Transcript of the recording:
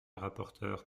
rapporteure